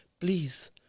please